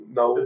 no